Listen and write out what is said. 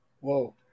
Whoa